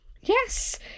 yes